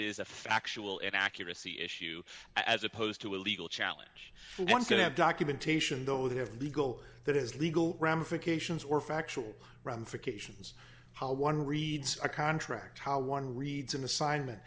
is a factual inaccuracy issue as opposed to a legal challenge the ones that have documentation though they have legal that is legal ramifications or factual run for cations how one reads a contract how one reads an assignment